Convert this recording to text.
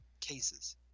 cases